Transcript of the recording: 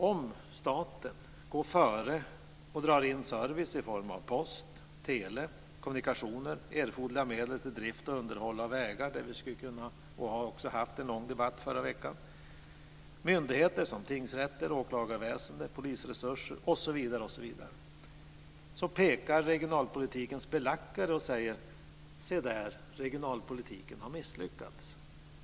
Om staten går före och drar in service i form av post, av tele, av kommunikationer, av erforderliga medel till drift och underhåll av vägar - vi hade en lång debatt om det förra veckan - av myndigheter såsom tingsrätter och åklagarväsende, av polisresurser osv., pekar regionalpolitikens belackare finger och säger: Se där, regionalpolitiken har misslyckats.